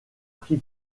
pris